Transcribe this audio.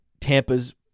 Tampa's